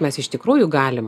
mes iš tikrųjų galim